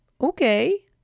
okay